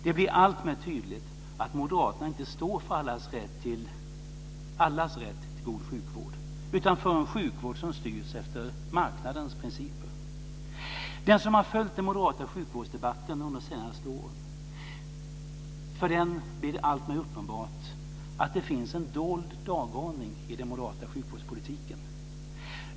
Det blir alltmer tydligt att moderaterna inte står för allas rätt till god sjukvård utan för en sjukvård som styrs efter marknadens principer. För den som har följt den moderata sjukvårdsdebatten under de senaste åren blir det alltmer uppenbart att det finns en dold dagordning i den moderata sjukvårdspolitiken.